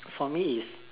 for me is